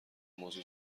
موضوع